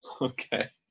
Okay